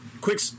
quick